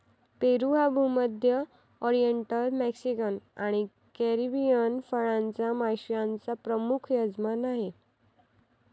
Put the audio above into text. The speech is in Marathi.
पेरू हा भूमध्य, ओरिएंटल, मेक्सिकन आणि कॅरिबियन फळांच्या माश्यांचा प्रमुख यजमान आहे